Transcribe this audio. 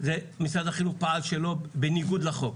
משרד החינוך פעל בניגוד לחוק